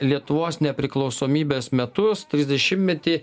lietuvos nepriklausomybės metus trisdešimmetį